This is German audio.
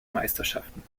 meisterschaften